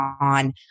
on